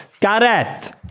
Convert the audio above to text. Gareth